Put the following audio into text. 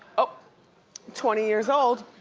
oh twenty years old,